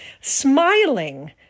Smiling